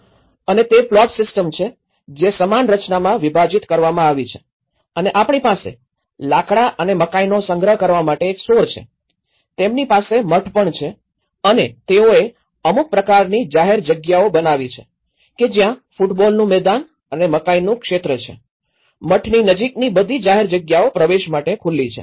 અને તે plot system છે જે સમાન રચનામાં વિભાજિત કરવામાં આવી છે અને આપણી પાસે લાકડા અને મકાઈનો સંગ્રહ કરવા માટે એક સ્ટોર છે તેમની પાસે મઠ પણ છે અને તેઓએ અમુક પ્રકારની જાહેર જગ્યાઓ બનાવી છે કે જ્યાં ફૂટબોલનું મેદાન અને મકાઈનું ક્ષેત્ર છે મઠની નજીકની બધી જાહેર જગ્યાઓ પ્રવેશ માટે ખુલ્લી છે